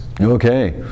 Okay